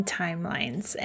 timelines